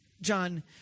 John